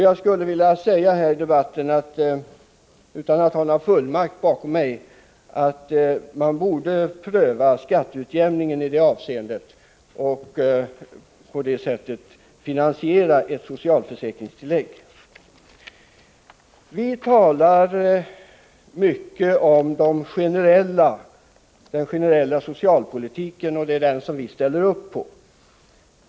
Jag skulle vilja säga här i debatten, utan att ha någon fullmakt bakom mig, att man borde pröva skatteutjämningen i detta avseende och på det sättet finansiera ett socialförsäkringstillägg. Vi talar mycket om den generella socialpolitiken — det är den som vi ställer upp på.